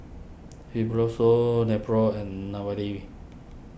Fibrosol Nepro and